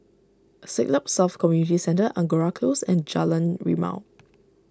Siglap South Community Centre Angora Close and Jalan Rimau